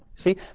See